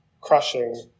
crushing